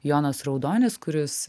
jonas raudonis kuris